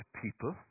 people